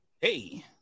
Hey